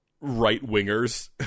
Right-wingers